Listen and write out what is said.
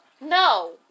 No